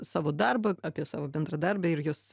savo darbą apie savo bendradarbę ir jos